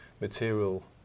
material